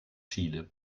chile